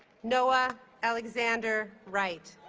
noah alexander wright